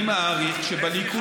אני מעריך שבליכוד,